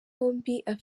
amateka